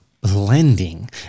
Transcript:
Blending